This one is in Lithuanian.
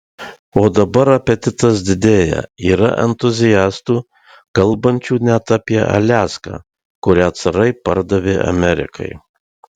o dabar apetitas didėja yra entuziastų kalbančių net apie aliaską kurią carai pardavė amerikai